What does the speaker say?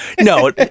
No